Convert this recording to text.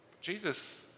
Jesus